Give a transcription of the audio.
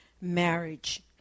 marriage